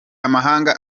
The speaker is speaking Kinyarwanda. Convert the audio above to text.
amahanga